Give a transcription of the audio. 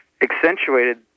accentuated